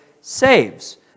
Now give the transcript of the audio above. saves